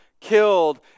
killed